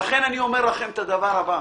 ולכן אני אומר לכם את הדבר הבא,